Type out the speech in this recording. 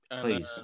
Please